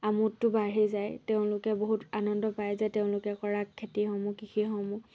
আমোদটো বাঢ়ি যায় তেওঁলোকে বহুত আনন্দ পায় যে তেওঁলোকে কৰা খেতিসমূহ কৃষিসমূহ